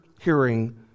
hearing